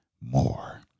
more